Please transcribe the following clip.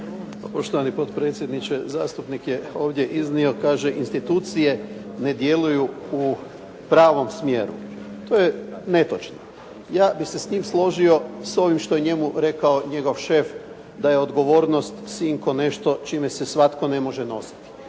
Poštovani potpredsjedniče, zastupnik je ovdje iznio, kaže institucije ne djeluju u pravo smjeru. To je netočno. Ja bih se s tim složio s ovim što je njemu rekao njegov šef, da je odgovornost sinko nešto s čime se svatko ne može nositi.